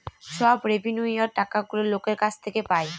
সব রেভিন্যুয়র টাকাগুলো লোকের কাছ থেকে পায়